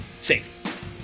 safe